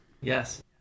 Yes